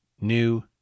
New